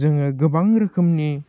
जोङो गोबां रोखोमनि